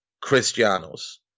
Cristiano's